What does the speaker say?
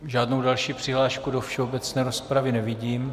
Žádnou další přihlášku do všeobecné rozpravy nevidím.